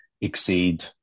exceed